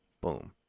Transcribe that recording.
Boom